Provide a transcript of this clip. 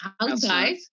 outside